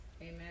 Amen